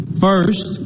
First